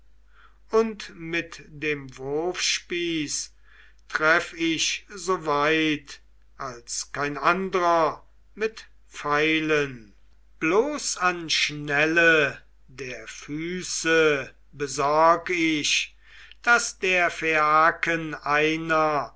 und mit dem wurfspieß treff ich so weit als kein andrer mit pfeilen bloß an schnelle der füße besorg ich daß der phaiaken einer